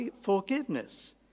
forgiveness